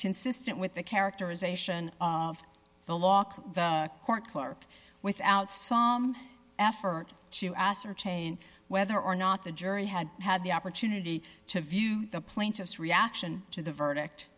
consistent with the characterization of the law the court clerk without some effort to ascertain whether or not the jury had had the opportunity to view the plaintiff's reaction to the verdict